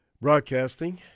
broadcasting